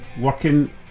working